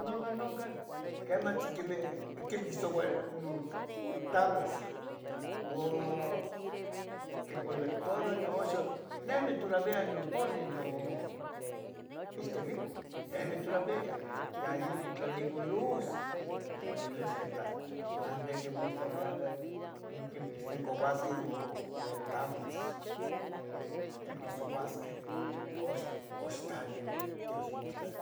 noncan, noncan quemeh. quemeh quisuoauyan nontablas uan quicolectaroh oxo, neh nitoravia opolih noixtemico demitoraviah ya inon quitlalicoh luz, niconilui ixquita nah nequi mustla ya queh quimisincouasqueh notablas quimiquisouasqueh ox, ox ta no tias mustla